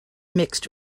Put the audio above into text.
mixed